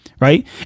right